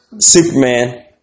Superman